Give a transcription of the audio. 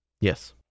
Yes